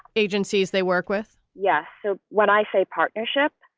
agencies they work with. yes. so when i say partnership,